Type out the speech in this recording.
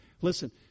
Listen